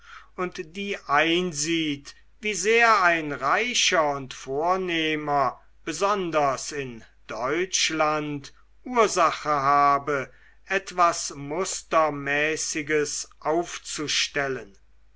und die einsieht wie sehr ein reicher und vornehmer besonders in deutschland ursache habe etwas mustermäßiges aufzustellen